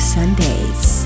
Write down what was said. Sundays